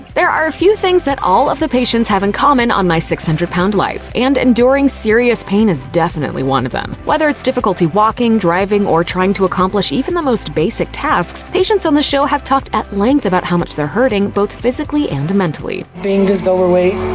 there are a few things that all of the patients have in common on my six hundred lb life, and enduring serious pain is definitely one of them. whether it's difficulty walking, driving, or trying to accomplish even the most basic tasks, patients on the show have talked at length about how much they're hurting, both physically and mentally. being this overweight,